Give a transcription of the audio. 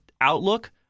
outlook